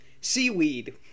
seaweed